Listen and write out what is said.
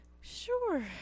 sure